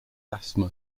asthma